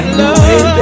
love